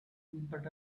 but